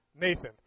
Nathan